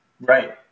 Right